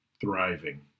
thriving